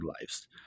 lives